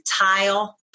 tile